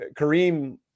Kareem